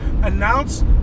announce